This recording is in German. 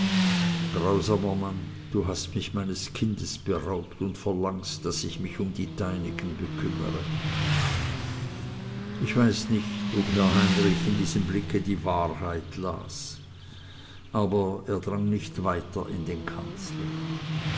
du hast mich meines kindes beraubt und verlangst daß ich mich um die deinigen bekümmere ich weiß nicht ob herr heinrich in diesem blicke die wahrheit las aber er drang nicht weiter in den kanzler